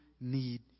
need